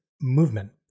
movement